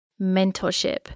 mentorship